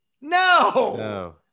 No